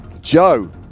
Joe